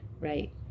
right